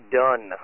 done